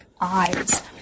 eyes